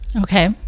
Okay